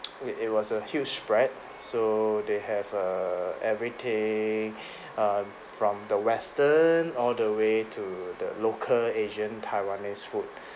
with it was a huge spread so they have err every thing um from the western all the way to the local asian taiwanese food